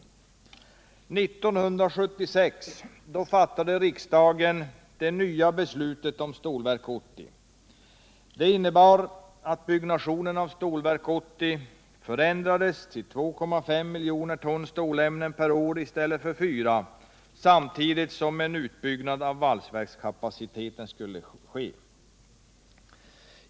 År 1976 fattade riksdagen det nya beslutet om Stålverk 80. Det innebar att byggnationen av Stålverk 80 förändrades till 2,5 miljoner ton stålämnen per år i stället för 4, samtidigt som en utbyggnad av valsverkskapaciteten skulle ske.